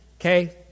Okay